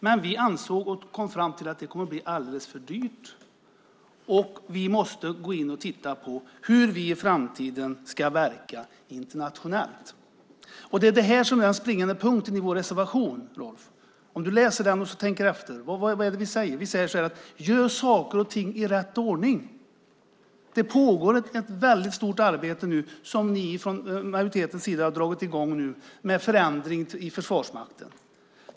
Men vi kom fram till att det skulle bli alldeles för dyrt, och vi måste gå in och titta på hur vi i framtiden ska verka internationellt. Det är det här som är den springande punkten i vår reservation, Rolf. Om du läser den och tänker efter: Vad är det vi säger? Jo, vi säger så här: Gör saker och ting i rätt ordning! Det pågår ett väldigt stort arbete nu som ni från majoritetens sida har dragit i gång med förändring i Försvarsmakten.